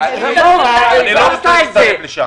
אני רוצה תוכנית בשבילי.